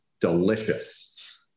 Delicious